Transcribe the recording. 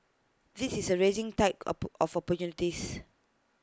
this is A rising tide op of opportunities